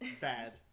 bad